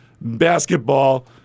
basketball